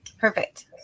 Perfect